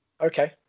Okay